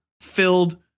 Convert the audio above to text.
filled